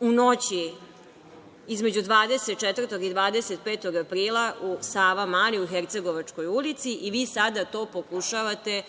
u noći između 24. i 25. aprila u Savamali, u Hercegovačkoj ulici, i vi sada to pokušavate